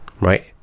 Right